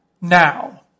Now